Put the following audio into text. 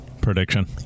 prediction